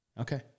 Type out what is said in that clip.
Okay